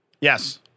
Yes